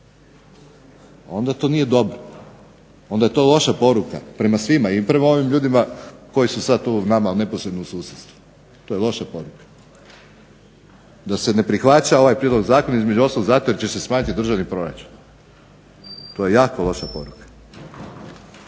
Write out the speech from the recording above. onda to nije dobro, onda je to loša poruka prema svima i prema ovim ljudima koji su sad tu nama neposredno u susjedstvu. To je loša poruka. Da se ne prihvaća ovaj prijedlog zakona između ostalog zato jer će se smanjiti državni proračun. To je jako loša poruka.